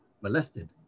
molested